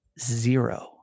zero